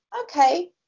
okay